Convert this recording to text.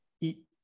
eat